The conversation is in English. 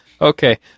Okay